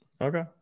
Okay